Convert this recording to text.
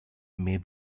may